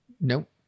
Nope